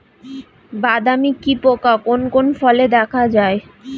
বাদামি কি পোকা কোন কোন ফলে দেখা যায়?